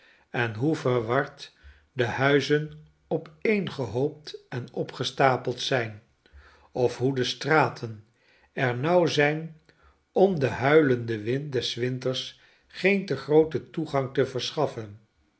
en hoe verward de huizen opeengehoopt en opgestapeld zijn of hoe de straten er nauw zijn om den huilenden wind des winters geen te grooten toegang te verschaffen